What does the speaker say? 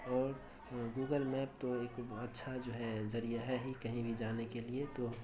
اور Google map تو ایک اچھا جو ہے ذریعہ ہے ہی کہیں بھی جانے کے لیے تو